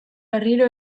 berriro